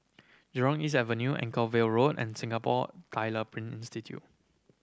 Jurong East Avenue Anchorvale Road and Singapore Tyler Print Institute